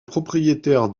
propriétaire